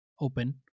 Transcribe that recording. open